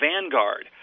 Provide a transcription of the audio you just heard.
Vanguard